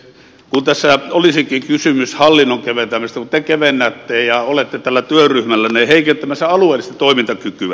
kun tässä olisikin kysymys hallinnon keventämisestä mutta te kevennätte ja olette tällä työryhmällänne heikentämässä alueellista toimintakykyä